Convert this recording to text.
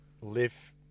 live